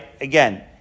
again